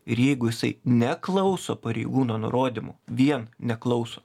ir jeigu jisai neklauso pareigūno nurodymų vien neklauso